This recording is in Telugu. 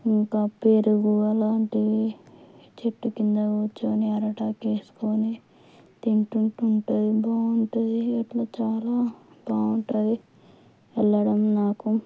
ఇంకా పెరుగు అలాంటివి చెట్టు క్రింద కూర్చొని అరిటాకు వేసుకొని తింటుంటే ఉంటుంది బాగుంటుంది అట్లా చాలా బాగా ఉంటుంది వెళ్ళడం నాకు